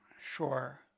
Sure